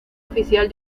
oficial